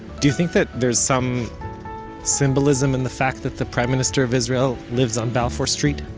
do you think that there's some symbolism in the fact that the prime minister of israel lives on balfour street?